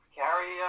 carry